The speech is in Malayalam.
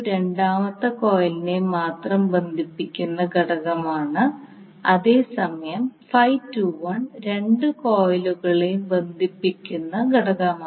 രണ്ടാമത്തെ കോയിലിനെ മാത്രം ബന്ധിപ്പിക്കുന്ന ഘടകമാണ് അതേസമയം രണ്ട് കോയിലുകളെയും ബന്ധിപ്പിക്കുന്ന ഘടകമാണ്